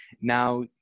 now